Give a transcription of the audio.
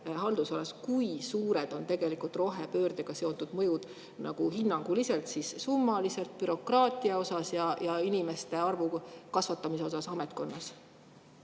kui suured on tegelikult rohepöördega seotud mõjud hinnanguliselt summaliselt bürokraatia tõttu ja inimeste arvu kasvatamise tõttu ametkonnas.